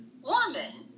woman